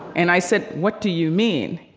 and i said, what do you mean?